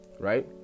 right